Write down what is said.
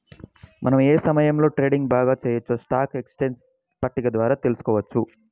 మనం ఏ సమయంలో ట్రేడింగ్ బాగా చెయ్యొచ్చో స్టాక్ ఎక్స్చేంజ్ పట్టిక ద్వారా తెలుసుకోవచ్చు